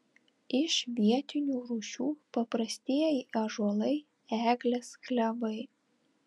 iš vietinių rūšių paprastieji ąžuolai eglės klevai